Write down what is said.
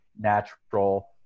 natural